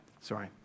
sorry